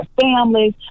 families